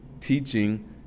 teaching